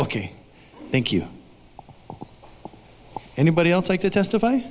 ok thank you anybody else like to testify